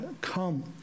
come